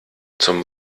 zum